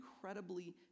incredibly